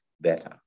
better